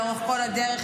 לאורך כל הדרך,